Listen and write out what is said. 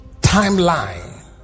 timeline